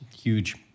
huge